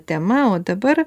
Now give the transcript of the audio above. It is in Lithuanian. tema o dabar